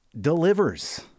Delivers